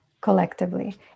collectively